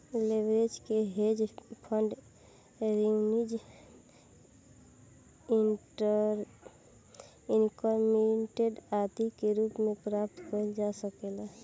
leverage के hedge fund renew increment आदि के रूप में प्राप्त कईल जा सकेला